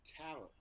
talent